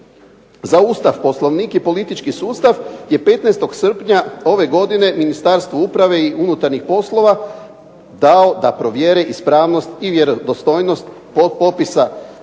za Ustav, Poslovnik i politički sustav je 15. srpnja ove godine Ministarstvu uprave i unutarnjih poslova dao da provjere ispravnost i vjerodostojnost potpisa